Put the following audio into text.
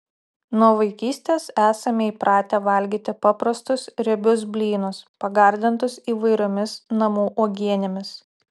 nuo vaikystės esame įpratę valgyti paprastus riebius blynus pagardintus įvairiomis namų uogienėmis